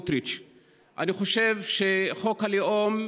קודם כול,